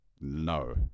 No